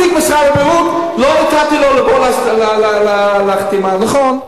נציג משרד הבריאות, לא נתתי לו לבוא לחתימה, נכון.